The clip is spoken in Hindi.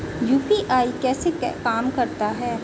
यू.पी.आई कैसे काम करता है?